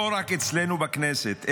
לא רק אצלנו בכנסת,